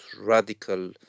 radical